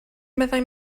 meddai